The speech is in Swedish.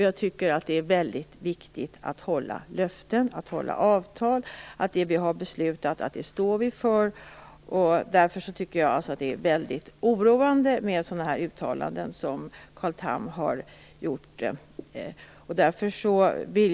Jag tycker att det är mycket viktigt att hålla löften och avtal och att vi står för det vi har beslutat. Därför tycker jag att det är mycket oroande med sådana uttalanden som Carl Tham har gjort.